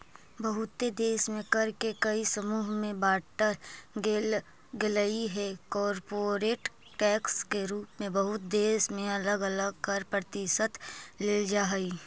बहुते देश में कर के कई समूह में बांटल गेलइ हे कॉरपोरेट टैक्स के रूप में बहुत देश में अलग अलग कर प्रतिशत लेल जा हई